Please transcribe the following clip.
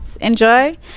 Enjoy